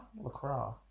LaCroix